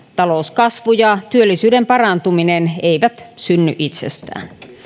talouskasvu ja työllisyyden parantuminen eivät synny itsestään